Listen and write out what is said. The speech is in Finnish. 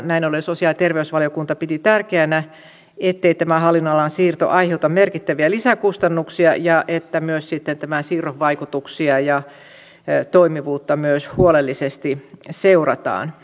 näin ollen sosiaali ja terveysvaliokunta piti tärkeänä ettei tämä hallinnonalan siirto aiheuta merkittäviä lisäkustannuksia ja että sitten tämän siirron vaikutuksia ja toimivuutta myös huolellisesti seurataan